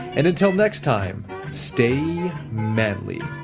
and until next time stay manly